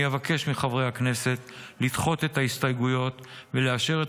אני אבקש מחברי הכנסת לדחות את ההסתייגויות ולאשר את